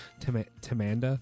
Tamanda